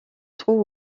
trouve